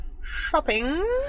shopping